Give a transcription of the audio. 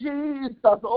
Jesus